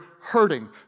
hurting